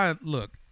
look